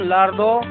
Lardo